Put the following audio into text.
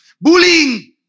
bullying